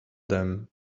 them